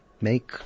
make